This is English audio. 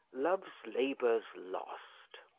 love's labours lost